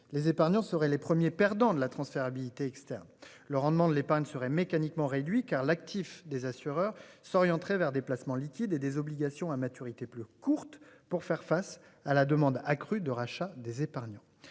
les épargnants seraient les premiers perdants de la transférabilité externe, le rendement de l'épargne serait mécaniquement réduit car l'actif des assureurs s'orienterait vers des placements liquides et des obligations à maturité plus courte pour faire face à la demande accrue de rachat des épargnants.